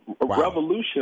revolution